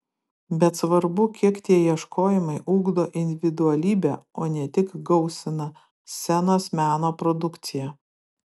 bet svarbu kiek tie ieškojimai ugdo individualybę o ne tik gausina scenos meno produkciją